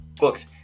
books